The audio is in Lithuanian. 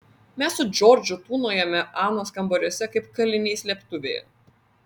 mes su džordžu tūnojome anos kambariuose kaip kaliniai slėptuvėje